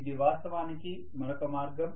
ఇది వాస్తవానికి మరొక మార్గం